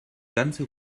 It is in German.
ganze